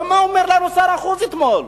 אבל מה אומר לנו שר החוץ אתמול,